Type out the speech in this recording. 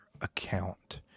account